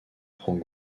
prend